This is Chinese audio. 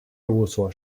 事务所